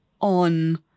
on